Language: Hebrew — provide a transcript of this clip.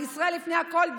על ישראל לפני הכול,